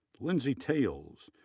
lindsay tayles,